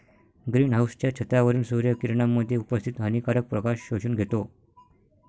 green हाउसच्या छतावरील सूर्य किरणांमध्ये उपस्थित हानिकारक प्रकाश शोषून घेतो